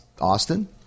Austin